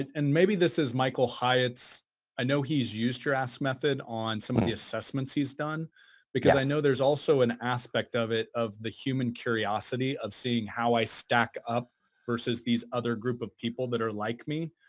and maybe this is michael hyatt's i know he's used your ask method on some of the assessments he's done because i know there's also an aspect of it of the human curiosity of seeing how i stack up versus these other group of people that are like me,